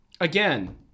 again